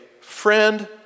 friend